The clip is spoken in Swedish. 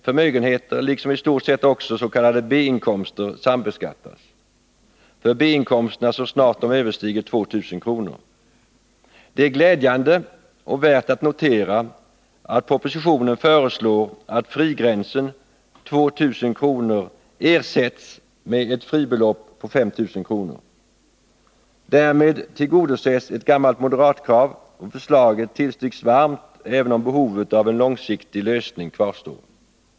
Förmögenheter liksom i stort sett också s.k. B-inkomster sambeskattas, för B-inkomsterna så snart de överstiger 2 000 kr. Det är glädjande och värt att notera att propositionen föreslår att frigränsen 2 000 kr. ersätts med ett fribelopp på 5 000 kr. Därmed tillgodoses ett gammalt moderatkrav, och förslaget tillstyrks varmt även om behovet av en långsiktig lösning kvarstår.